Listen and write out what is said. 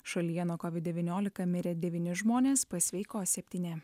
šalyje nuo covid devyniolika mirė devyni žmonės pasveiko septyni